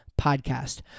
Podcast